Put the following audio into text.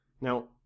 Now